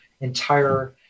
entire